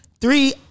three